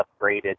upgraded